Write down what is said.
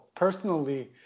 Personally